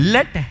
Let